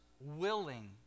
willing